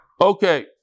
Okay